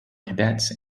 cadets